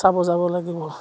চাব যাব লাগিব